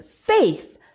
faith